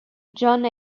john